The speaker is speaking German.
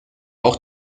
auch